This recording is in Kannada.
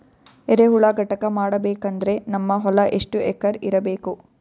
ಎರೆಹುಳ ಘಟಕ ಮಾಡಬೇಕಂದ್ರೆ ನಮ್ಮ ಹೊಲ ಎಷ್ಟು ಎಕರ್ ಇರಬೇಕು?